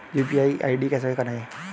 UPI ID कैसे बनाएं?